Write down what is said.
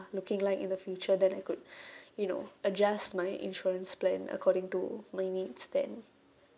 looking like in the future then I could you know adjust my insurance plan according to my needs then